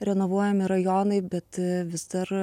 renovuojami rajonai bet vis dar